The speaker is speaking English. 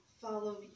follow